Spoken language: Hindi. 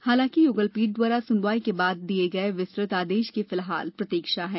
हालांकि युगलपीठ द्वारा सुनवाई के बाद दिए गए विस्तृत आदेश की फिलहाल प्रतीक्षा है